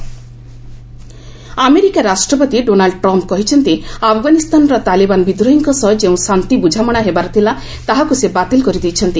Trump peace deal America ରାଷ୍ଟ୍ରପତି Donald Trump କହିଛନ୍ତି ଆଫଗାନିସ୍ତାନର ତାଲିବାନ ବିଦ୍ରୋହୀଙ୍କ ସହ ଯେଉଁ ଶାନ୍ତି ବୁଝାମଣା ହେବାର ଥିଲା ତାହାକୁ ସେ ବାତିଲ୍ କରିଦେଇଛନ୍ତି